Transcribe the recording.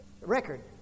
record